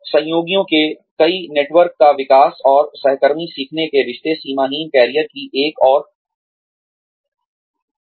सहयोगियों के कई नेटवर्क का विकास और सहकर्मी सीखने के रिश्ते सीमाहीन करियर की एक और विशेषता है